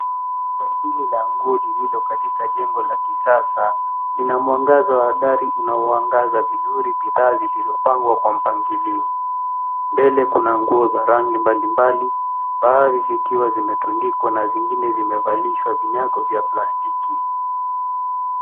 Duka hili la nguo lililo katika jengo la kisasa lina mwangaza wa dari unaoangaza vizuri bidhaa zilipangwa kwa mpangilio. Mbele kuna nguo za rangi mbalimbali baadhi zikiwa zimetundikwa na zingine zimevalishwa vinyago vya plastiki